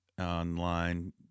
online